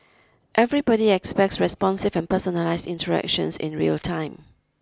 everybody expects responsive and personalised interactions in real time